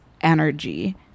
energy